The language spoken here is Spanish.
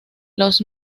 los